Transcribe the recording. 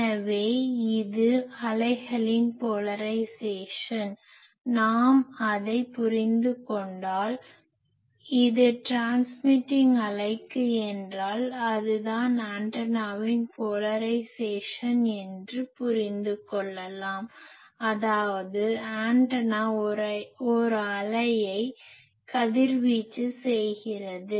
எனவே இது அலைகளின் போலரைஸேசன் நாம் அதைப் புரிந்து கொண்டால் இது ட்ரான்ஸ்மிட்டிங் அலைக்கு என்றால் அது தான் ஆண்டனாவின் போலரைஸேசன் என்று புரிந்து கொள்ளலாம் அதாவது ஆண்டனா ஒரு அலையை கதிர்வீச்சு செய்கிறது